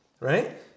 right